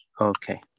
Okay